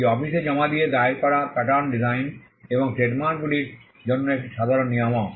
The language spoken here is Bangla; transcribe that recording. এটি অফিসে জমা দিয়ে দায়ের করা প্যাটার্ন ডিজাইন এবং ট্রেডমার্কগুলির জন্য একটি সাধারণ নিয়ামক